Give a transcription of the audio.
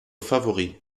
favoris